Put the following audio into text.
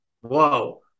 Whoa